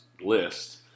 list